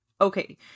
Okay